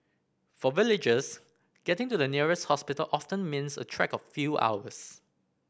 for villagers getting to the nearest hospital often means a trek of a few hours